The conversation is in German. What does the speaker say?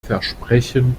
versprechen